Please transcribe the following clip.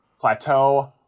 Plateau